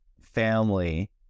family